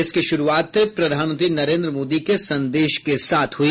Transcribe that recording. इसकी शुरूआत प्रधानमंत्री नरेन्द्र मोदी के संदेश के साथ हुई